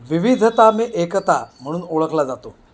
विविधता में एकता म्हणून ओळखला जातो